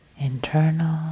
internal